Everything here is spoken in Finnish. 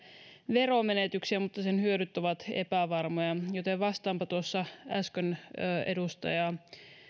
veromenetyksiä mutta sen hyödyt ovat epävarmoja joten vastaanpa tuossa äsken